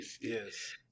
Yes